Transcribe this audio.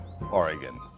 Oregon